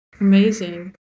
Amazing